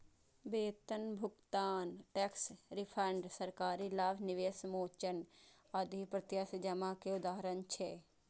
वेतन भुगतान, tax refund, सरकारी लाभ, निवेश मोचन आदि प्रत्यक्ष जमा के उदाहरण छियै